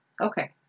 Okay